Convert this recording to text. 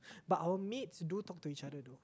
but our maids do talk to each other though